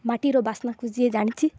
ମାଟିର ବାସ୍ନାକୁ ଯିଏ ଜାଣିଛି